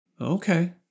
Okay